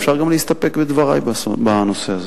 אפשר גם להסתפק בדברי בנושא הזה.